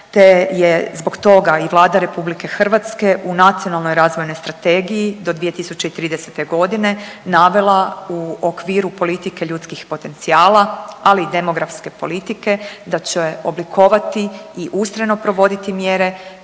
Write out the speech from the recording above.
te je zbog toga i Vlada RH u Nacionalnoj razvojnoj strategiji do 2030.g. navela u okviru politike ljudskih potencijala, ali i demografske politike da će oblikovati i ustrajno provoditi mjere